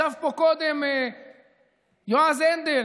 ישב פה קודם יועז הנדל,